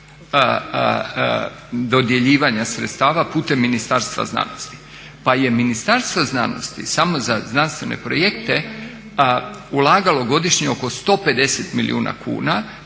dodjeljivanja sredstava putem Ministarstva znanosti, pa je Ministarstvo znanosti samo za znanstvene projekte ulagalo godišnje oko 150 milijuna kuna